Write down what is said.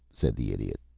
said the idiot.